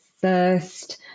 first